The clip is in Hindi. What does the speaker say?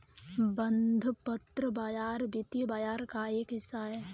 बंधपत्र बाज़ार वित्तीय बाज़ार का एक हिस्सा है